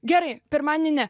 gerai pirmadienį ne